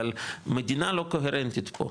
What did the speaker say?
אבל המדינה לא קוהרנטית פה,